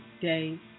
day